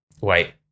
Wait